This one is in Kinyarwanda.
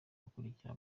akurikira